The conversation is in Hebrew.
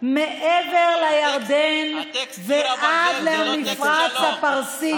זה לא תוכנית